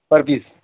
پر پیس